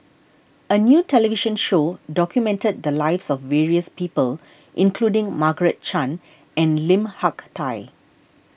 a new television show documented the lives of various people including Margaret Chan and Lim Hak Tai